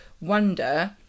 wonder